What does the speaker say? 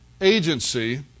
agency